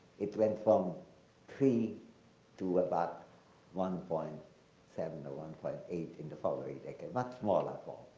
it went from three to about one point seven or one point eight in the following decade, much more reform,